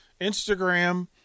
Instagram